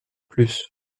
plus